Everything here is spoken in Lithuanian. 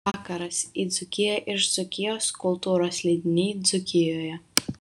vakaras į dzūkiją iš dzūkijos kultūros leidiniai dzūkijoje